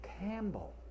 Campbell